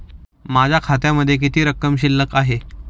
माझ्या खात्यामध्ये किती रक्कम शिल्लक आहे?